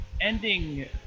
ending